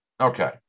Okay